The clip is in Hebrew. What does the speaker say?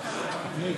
נתקבלה.